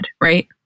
right